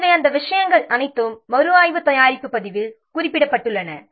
எனவே அந்த விஷயங்கள் அனைத்தும் மறுஆய்வு தயாரிப்பு பதிவில் குறிப்பிடப்பட்டுள்ளன